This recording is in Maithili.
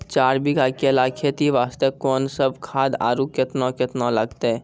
चार बीघा केला खेती वास्ते कोंन सब खाद आरु केतना केतना लगतै?